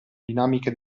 dinamiche